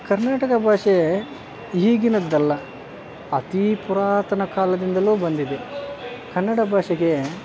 ಕರ್ನಾಟಕ ಭಾಷೆ ಈಗಿನದ್ದಲ್ಲ ಅತಿ ಪುರಾತನ ಕಾಲದಿಂದಲೂ ಬಂದಿದೆ ಕನ್ನಡ ಭಾಷೆಗೆ